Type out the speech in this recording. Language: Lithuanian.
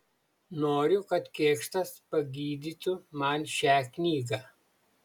noriu kad kėkštas pagydytų man šią knygą